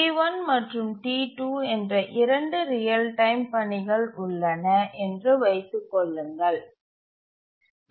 T1 மற்றும் T2 என்ற இரண்டு ரியல் டைம் பணிகள் உள்ளன என்று வைத்துக் கொள்ளுங்கள்